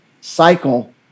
cycle